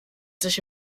sich